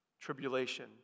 Tribulation